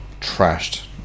trashed